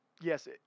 yes